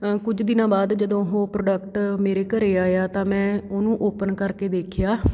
ਕੁਝ ਦਿਨਾਂ ਬਾਅਦ ਜਦੋਂ ਉਹ ਪ੍ਰੋਡਕਟ ਮੇਰੇ ਘਰ ਆਇਆ ਤਾਂ ਮੈਂ ਉਹਨੂੰ ਓਪਨ ਕਰਕੇ ਦੇਖਿਆ